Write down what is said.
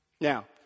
Now